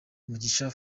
mugisha